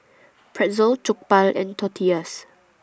Pretzel Jokbal and Tortillas